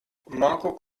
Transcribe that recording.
marco